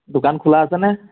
দোকান খোলা আছে নে